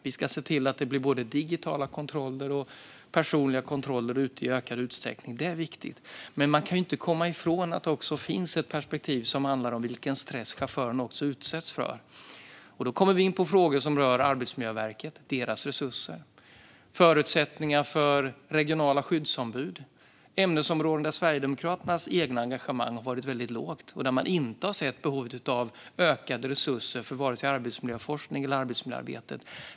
Vi ska se till att det blir både digitala kontroller och personliga kontroller i ökad utsträckning. Det är viktigt. Men man kan inte komma ifrån att det också finns ett perspektiv som handlar om vilken stress som chaufförerna utsätts för. Då kommer vi in på frågor som rör Arbetsmiljöverket och deras resurser och förutsättningar för regionala skyddsombud. Det är ämnesområden där Sverigedemokraternas eget engagemang har varit väldigt litet och där de inte har sett behovet av ökade resurser för vare sig arbetsmiljöforskning eller arbetsmiljöarbete.